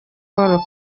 paul